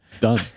done